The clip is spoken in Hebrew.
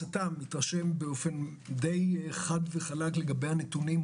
הצט"ם התרשם באופן די חד וחלק לגבי הנתונים.